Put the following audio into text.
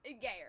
Gayer